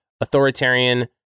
authoritarian